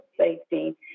safety